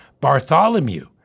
Bartholomew